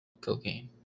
cocaine